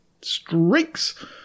streaks